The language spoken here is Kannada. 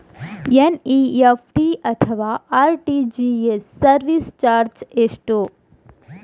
ಎನ್.ಇ.ಎಫ್.ಟಿ ಅಥವಾ ಆರ್.ಟಿ.ಜಿ.ಎಸ್ ಸರ್ವಿಸ್ ಚಾರ್ಜ್ ಎಷ್ಟು?